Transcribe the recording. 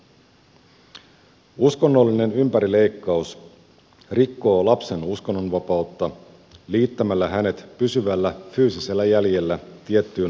uskonnollinen ympärileikkaus rikkoo lapsen uskonnonvapautta liittämällä hänet pysyvällä fyysisellä jäljellä tiettyyn uskonnolliseen yhteisöön